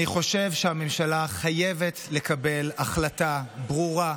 אני חושב שהממשלה חייבת לקבל החלטה ברורה,